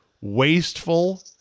wasteful